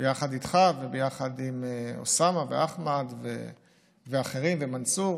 ביחד איתך וביחד עם אוסאמה, אחמד ואחרים, ומנסור,